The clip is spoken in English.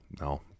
No